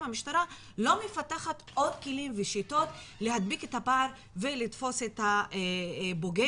המשטרה לא מפתחת עוד כלים ושיטות להדביק את הפער ולתפוס את הפוגע,